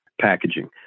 packaging